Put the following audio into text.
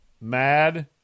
Mad